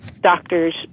doctors